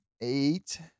eight